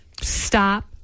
Stop